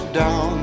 down